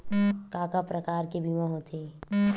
का का प्रकार के बीमा होथे?